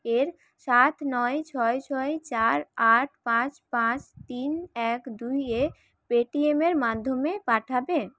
এর সাত নয় ছয় ছয় চার আট পাঁচ পাঁচ তিন এক দুই এ পেটিএমের মাধ্যমে পাঠাবে